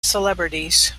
celebrities